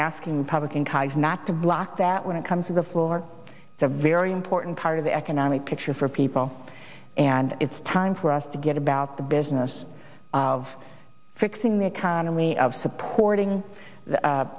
congress not to block that when it comes to the floor it's a very important part of the economic picture for people and it's time for us to get about the business of fixing the economy of supporting the